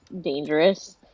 dangerous